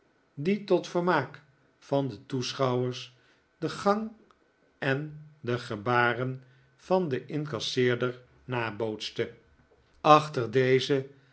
die tot vermaak van de toeschounikolaas nickleby wers den gang en de gebaren van den incasseerder nabootste achter deze